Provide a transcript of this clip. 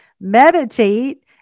Meditate